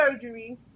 surgery